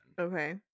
Okay